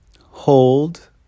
Hold